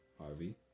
Harvey